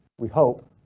we hope.